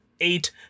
Eight